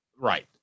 Right